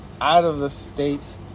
out-of-the-states